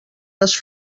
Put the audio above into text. les